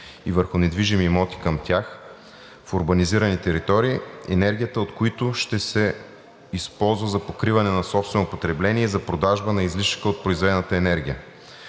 и върху недвижими имоти към тях в урбанизирани територии, енергията от които ще се използва за покриване на собствено потребление и за продажба на излишъка от произведената енергия.